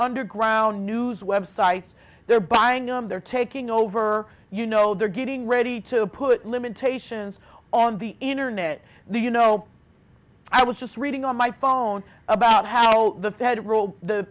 underground news websites they're buying them they're taking over you know they're getting ready to put limitations on the internet the you know i was just reading on my phone about how the federal the